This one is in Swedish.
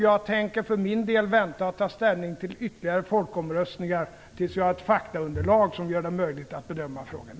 Jag tänker för min del vänta med att ta ställning till ytterligare folkomröstningar tills vi har ett faktaunderlag som gör det möjligt att bedöma frågan.